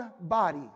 body